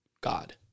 God